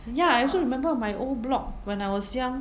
ya I also remember my old block when I was young